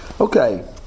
Okay